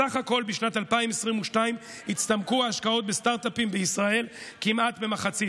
בסך הכול בשנת 2022 הצטמקו ההשקעות בסטרטאפים בישראל כמעט במחצית.